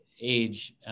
age